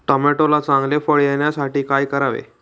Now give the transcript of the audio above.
टोमॅटोला चांगले फळ येण्यासाठी काय करावे?